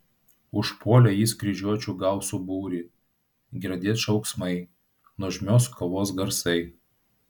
užpuolė jis kryžiuočių gausų būrį girdėt šauksmai nuožmios kovos garsai